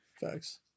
Facts